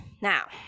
Now